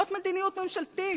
זאת מדיניות ממשלתית,